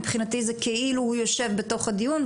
מבחינתי זה כאילו הוא יושב בתוך הדיון,